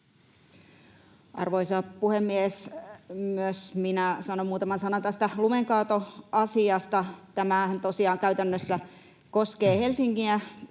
Arvoisa puhemies! Myös minä sanon muutaman sanan tästä lumenkaatoasiasta. Tämähän tosiaan käytännössä koskee Helsinkiä,